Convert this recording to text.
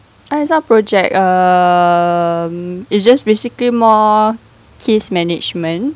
uh it's not project um it's just basically more case management